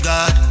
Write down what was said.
God